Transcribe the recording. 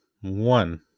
One